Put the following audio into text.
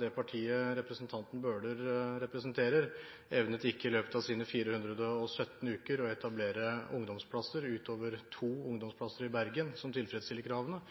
det partiet representanten Bøhler representerer, evnet ikke i løpet av sine 417 uker å etablere ungdomsplasser, utover to ungdomsplasser i Bergen som tilfredsstiller kravene,